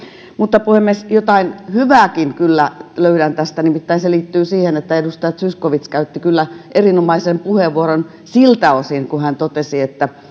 mutta puhemies jotain hyvääkin kyllä löydän tästä se nimittäin liittyy siihen että edustaja zyskowicz käytti kyllä erinomaisen puheenvuoron siltä osin kun hän totesi